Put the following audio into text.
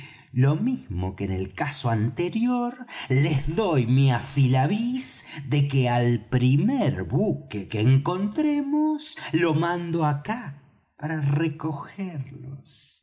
lo mismo que en el caso anterior les doy mi afilavis de que al primer buque que encontremos lo mando acá para recogerlos